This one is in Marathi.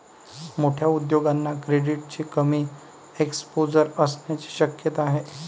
मोठ्या उद्योगांना क्रेडिटचे कमी एक्सपोजर असण्याची शक्यता आहे